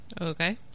Okay